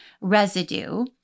residue